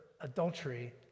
adultery